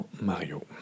Mario